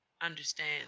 Understand